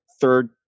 third